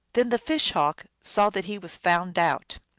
then the fish hawk saw that he was found out.